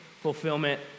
fulfillment